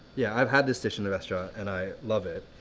yeah i've had this dish in the restaurant, and i love it.